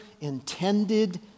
intended